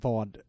Vad